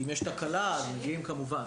אם יש תקלה, מגיעים, כמובן.